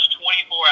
24